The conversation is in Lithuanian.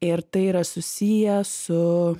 ir tai yra susiję su